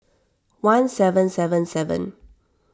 one seven seven seven